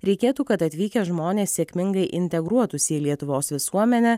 reikėtų kad atvykę žmonės sėkmingai integruotųsi į lietuvos visuomenę